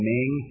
Ming